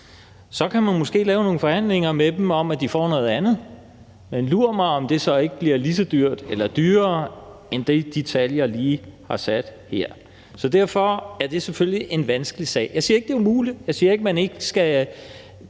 Så kan man måske lave nogle forhandlinger med dem om, at de får noget andet. Men lur mig, om det så ikke bliver lige så dyrt eller dyrere end de tal, jeg lige har sat her. Så derfor er det selvfølgelig en vanskelig sag. Jeg siger ikke, det er umuligt. Jeg siger ikke, man ikke skal